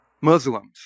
Muslims